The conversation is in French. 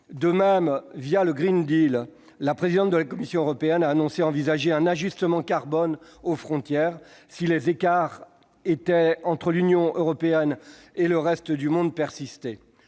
De même, le G, la présidente de la Commission européenne a annoncé envisager un ajustement carbone aux frontières si les écarts entre l'Union européenne et le reste du monde persistaient.